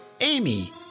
Amy